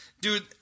dude